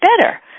better